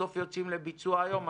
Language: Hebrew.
בסוף יוצאים לביצוע היום.